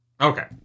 Okay